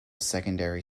secondary